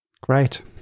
Great